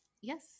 Yes